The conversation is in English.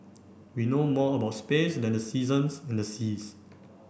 we know more about space than the seasons and the seas